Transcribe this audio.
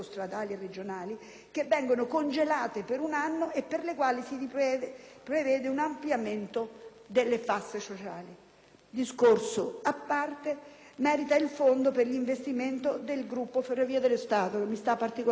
che vengono congelate per un anno o per le quali si prevede un ampliamento delle fasce sociali. Discorso a parte merita il fondo per gli investimenti del Gruppo Ferrovie dello Stato (che mi sta particolarmente a cuore, esposto